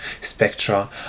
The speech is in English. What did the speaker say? Spectra